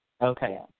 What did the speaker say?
Okay